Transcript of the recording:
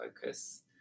focus